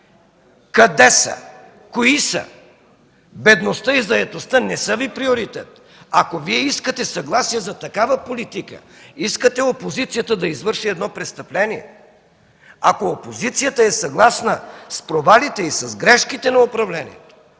Къде са? Кои са? Бедността и заетостта не са Ви приоритет. Ако Вие искате съгласие за такава политика, искате опозицията да извърши едно престъпление. Ако опозицията е съгласна с провалите и грешките на управлението,